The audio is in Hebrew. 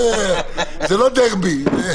זה לא דרבי.